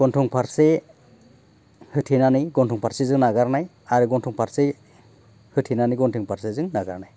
गन्थं फारसे होथेनानै गन्थं फारसेजों नागारनाय आरो गन्थं फारसेजों होथेनानै गन्थं फारसेजों नागारनाय